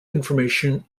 information